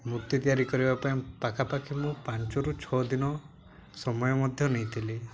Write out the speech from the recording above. ମୂର୍ତ୍ତି ତିଆରି କରିବା ପାଇଁ ପାଖାପାଖି ମୁଁ ପାଞ୍ଚରୁ ଛଅ ଦିନ ସମୟ ମଧ୍ୟ ନେଇଥିଲି